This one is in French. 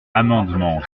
amendement